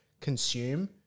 consume